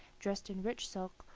dressed in rich silk,